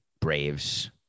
Braves